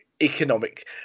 economic